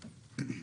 וסע".